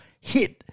hit